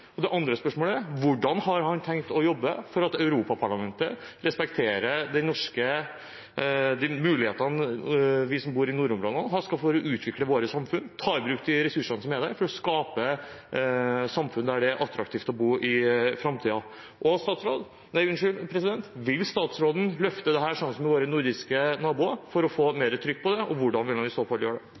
Det andre spørsmålet er: Hvordan har han tenkt å jobbe for at Europaparlamentet respekterer mulighetene vi som bor i nordområdene, skal ha for å utvikle våre samfunn og ta i bruk de ressursene som er der for å skape samfunn der det er attraktivt å bo i framtiden? Vil statsråden løfte dette, slik våre nordiske naboer gjør, for å få mer trykk på det, og hvordan vil han i så fall gjøre det?